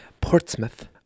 Portsmouth